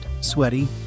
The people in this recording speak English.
sweaty